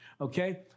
Okay